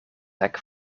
hek